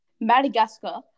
Madagascar